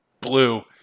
blue